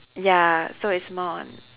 ya so it's more on